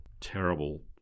terrible